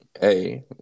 Hey